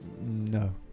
no